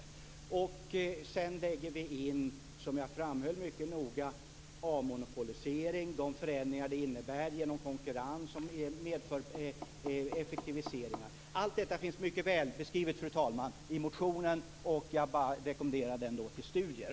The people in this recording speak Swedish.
Som jag mycket noga har framhållit väger vi också in detta med avmonopolisering och de förändringar som det innebär genom konkurrens som medför effektiviseringar. Allt detta finns, fru talman, mycket väl beskrivet i motionen, vilken jag rekommenderar till studier.